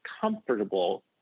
comfortable